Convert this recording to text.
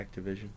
Activision